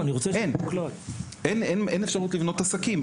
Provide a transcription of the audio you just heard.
אין אפשרות לבנות עסקים,